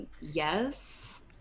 yes